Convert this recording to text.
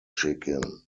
chicken